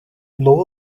dlouho